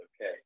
okay